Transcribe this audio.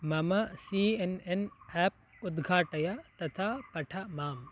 मम C N N app उद्घाटय तथा पठ माम्